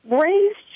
raised